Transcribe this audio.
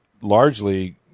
largely